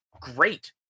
great